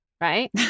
Right